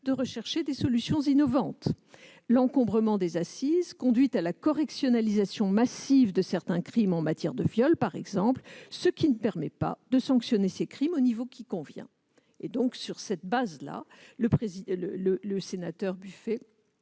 de rechercher des solutions innovantes » et « l'encombrement des assises conduit à la correctionnalisation massive de certains crimes, en matière de viol par exemple, ce qui ne permet pas de sanctionner ces crimes au niveau qui convient ». Sur cette base, votre